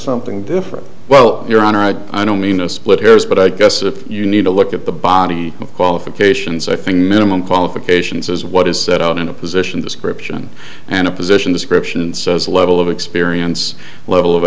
something different well your honor i don't mean a split hairs but i guess if you need to look at the body of qualifications i think minimum qualifications is what is set out in a position description and a position description says a level of experience level of